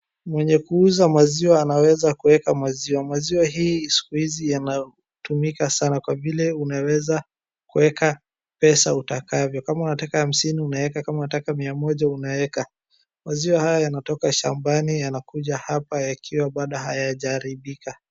Mwenye kuuza maziwa anaweza kuweka maziwa. Maziwa hii siku hizi yanatumika sana kwa vile unaweza kuweka pesa utakavyo. Kama unataka hamsini, unaeka. Kama unataka mia moja unaeka. Maziwa hayo yanatoka shambani yanakuja hapa yakiwa bada hayajaribika.